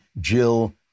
Jill